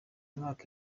mwaka